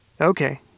Okay